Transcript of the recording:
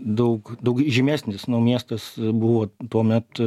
daug daug žymesnis nu miestas buvo tuomet